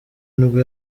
nibwo